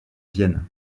vienne